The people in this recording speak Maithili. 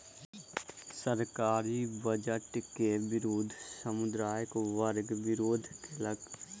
सरकारी बजट के विरुद्ध समुदाय वर्ग विरोध केलक